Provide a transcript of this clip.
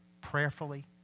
Prayerfully